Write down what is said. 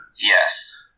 Yes